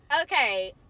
Okay